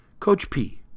CoachP